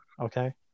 Okay